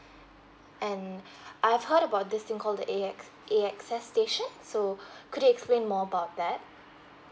and I've heard about this thing called the A_X A_X_S station so could you explain more about that